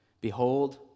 Behold